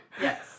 Yes